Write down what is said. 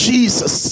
Jesus